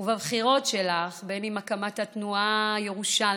בבחירות שלך, בין בהקמת התנועה הירושלמית,